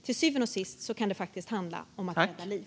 Till syvende och sist kan det faktiskt handla om att rädda liv.